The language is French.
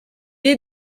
est